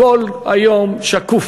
הכול היום שקוף,